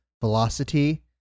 velocity